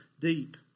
deep